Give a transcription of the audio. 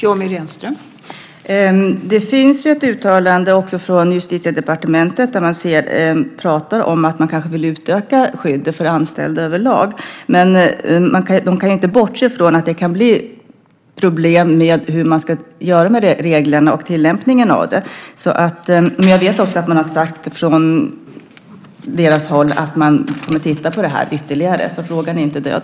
Fru talman! Det finns ett uttalande också från Justitiedepartementet där man talar om att man kanske vill utöka skyddet för anställda överlag. Men man kan inte bortse från att det kan blir problem med hur man ska göra med reglerna och tillämpningen av dem. Jag vet också att man har sagt från deras håll att man kommer att titta på detta ytterligare, så frågan är inte död.